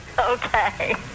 Okay